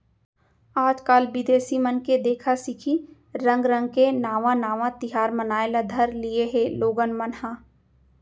आजकाल बिदेसी मन के देखा सिखी रंग रंग के नावा नावा तिहार मनाए ल धर लिये हें लोगन मन ह